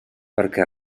perquè